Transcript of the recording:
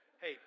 Hey